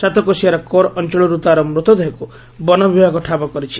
ସାତକୋଶିଆର core ଅଞ୍ଚଳର୍ ତାର ମୃତଦେହକୁ ବନ ବିଭାଗ ଠାବ କରିଛି